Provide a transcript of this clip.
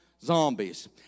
zombies